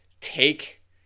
take